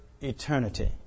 eternity